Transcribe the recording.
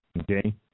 okay